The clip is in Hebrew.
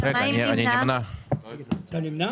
אתה למעשה יכול לעבור להצביע על סעיף מספר 1,